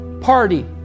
party